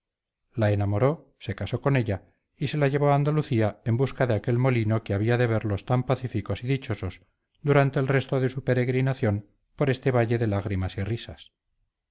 la enamoró se casó con ella y se la llevó a andalucía en busca de aquel molino que había de verlos tan pacíficos y dichosos durante el resto de su peregrinación por este valle de lágrimas y risas